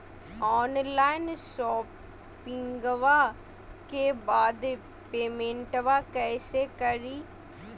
Online शोपिंग्बा के बाद पेमेंटबा कैसे करीय?